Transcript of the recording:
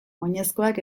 oinezkoak